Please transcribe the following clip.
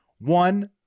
One